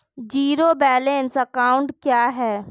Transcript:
Zero balance account क्या है?